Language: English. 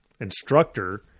instructor